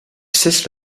cesse